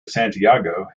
santiago